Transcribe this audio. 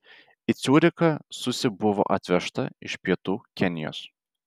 į ciurichą susi buvo atvežta iš pietų kenijos